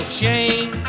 shame